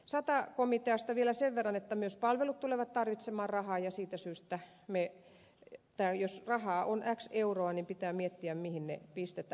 sata komiteasta vielä sen verran että myös palvelut tulevat tarvitsemaan rahaa ja siitä syystä jos rahaa on x euroa pitää miettiä mihin se pistetään